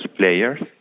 players